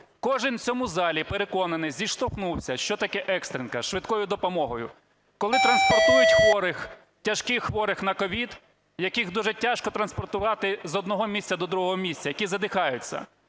Кожен в цьому залі, переконаний, зіштовхнувся, що таке "екстренка" з швидкою допомогою, коли транспортують хворих, тяжких хворих на CОVID, яких дуже тяжко транспортувати з одного місця до другого місця, які задихаються.